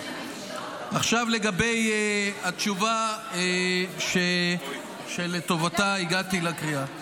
עכשיו לגבי התשובה שלטובתה הגעתי לקריאה.